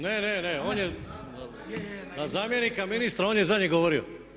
Ne, ne, na zamjenika ministra, on je zadnji govorio.